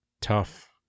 tough